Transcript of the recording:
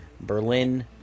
Berlin